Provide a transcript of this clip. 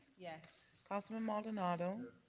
yes. councilman maldonado.